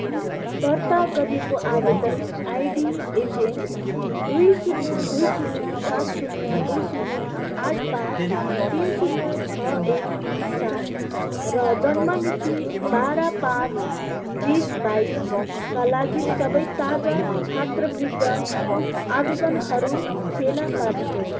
दर्ता गरिएको आवेदन आइडी एचएम दुई शून्य दुई शून्य सात शून्य दुई शून्य आठ पाँच तिन शून्य छ एक तिन सात र जन्म मिति बाह्र पाँच बिस बाइसका लागि सबै ताजा छात्रवृत्ति आवेदनहरू फेला पार्नुहोस्